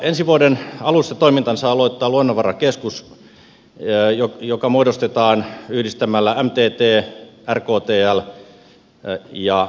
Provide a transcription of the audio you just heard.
ensi vuoden alussa toimintansa aloittaa luonnonvarakeskus joka muodostetaan yhdistämällä mtt rktl ja metla